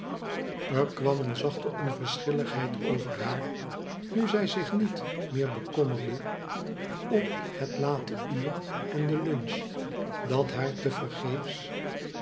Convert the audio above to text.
er kwam een zachte onvcrschilligheid over haar nu zij zich niet meer bekommerde om het late uur en het lunch dat haar